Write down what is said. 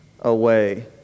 away